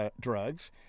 drugs